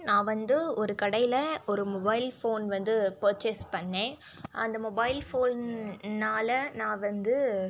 நான் வந்து ஒரு கடையில் ஒரு மொபைல் ஃபோன் வந்து பர்ச்சேஸ் பண்னேன் அந்த மொபைல் ஃபோன்னால் நான் வந்து